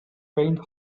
faint